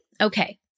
Okay